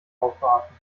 aufwarten